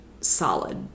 solid